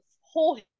whole